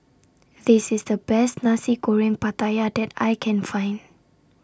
This IS The Best Nasi Goreng Pattaya that I Can Find